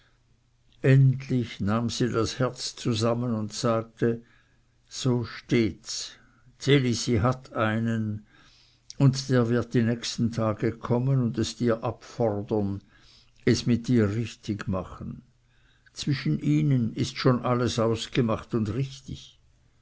endlich nahm sie das herz zusammen und sagte so stehts ds elisi hat einen und der wird die nächsten tage kommen und es dir abfordern es mit dir richtig machen zwischen ihnen ist schon alles ausgemacht und richtig